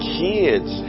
kids